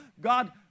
god